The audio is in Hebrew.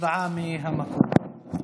הצבעה מהמקום.